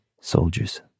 soldiers